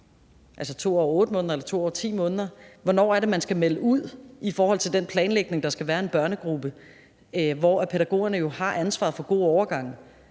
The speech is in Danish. eller 2 år og 10 måneder melde det ud? Eller hvornår er det, man skal melde det ud i forhold til den planlægning, der skal være i en børnegruppe, hvor pædagogerne jo har ansvaret for gode overgange?